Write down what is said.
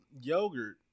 yogurt